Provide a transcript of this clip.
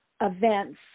events